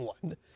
one